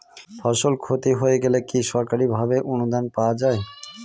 ফসল ক্ষতি হয়ে গেলে কি সরকারি ভাবে অনুদান পাওয়া য়ায়?